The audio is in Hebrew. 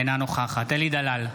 אינה נוכחת אלי דלל,